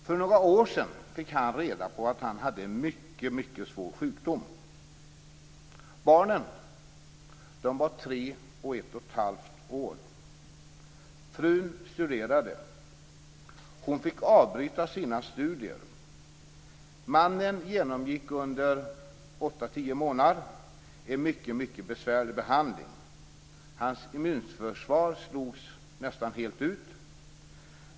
För några år sedan fick han reda på att han hade en mycket svår sjukdom. Barnen var tre och ett och ett halvt år. Frun studerade. Hon fick avbryta sina studier. Mannen genomgick under åtta-tio månader en mycket besvärlig behandling. Hans immunförsvar slogs ut nästan helt.